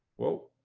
well,